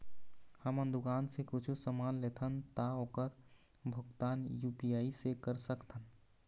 हमन दुकान से कुछू समान लेथन ता ओकर भुगतान यू.पी.आई से कर सकथन?